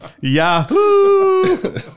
Yahoo